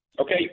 Okay